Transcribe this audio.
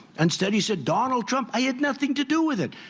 instead he said donald trump i had nothing to do with it,